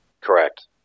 Correct